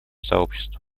сообществу